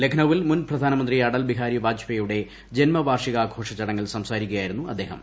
ലഖ്നൌവിൽ മുൻ പ്രധാനമന്ത്രി അടൽ ബിഹാരി വാജ്പേയിയുടെ ജന്മവാർഷികാഘോഷ ചടങ്ങിൽ സംസാരിക്കുകയായിരുന്നു അദ്ദേഹം